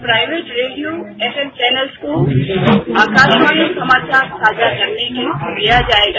private radio FM channels को आकाशवाणी समाचार साझा करने के लिए दिया जाएगा